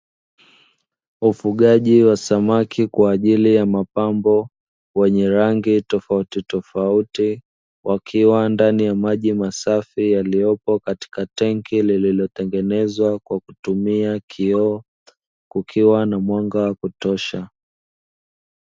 Ufugaji wa samaki kwa ajili ya mapambo wenye rangi tofautitofauti, wakiwa ndani ya maji masafi yaliyopo katika tenki lililotengenezwa kwa kutumia kioo kukiwa na mwanga wa kutosha.